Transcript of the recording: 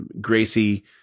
Gracie